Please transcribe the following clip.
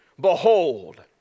behold